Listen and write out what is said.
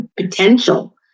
potential